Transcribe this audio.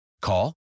Call